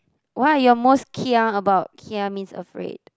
what are you most kia about kia means afraid